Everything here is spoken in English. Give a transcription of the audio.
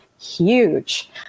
huge